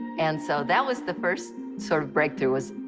and so that was the first sort of breakthrough was,